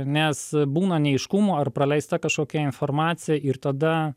nes būna neaiškumų ar praleista kažkokia informacija ir tada